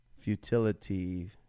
Futility